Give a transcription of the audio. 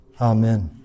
amen